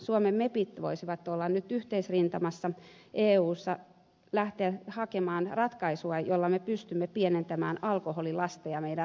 suomen mepit voisivat olla nyt yhteisrintamassa eussa lähteä hakemaan ratkaisua jolla me pystymme pienentämään alkoholilastia rajoillamme